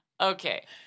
Okay